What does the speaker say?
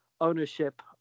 ownership